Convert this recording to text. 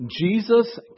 Jesus